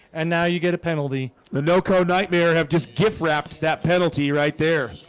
and now you get a penalty the no code nightmare have just gift-wrapped that penalty right there